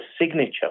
signature